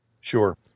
Sure